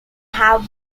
have